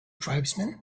tribesman